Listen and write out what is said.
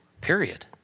period